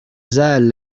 زال